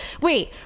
wait